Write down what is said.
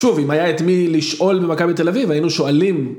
שוב, אם היה את מי לשאול במכבי בתל אביב, היינו שואלים.